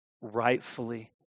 rightfully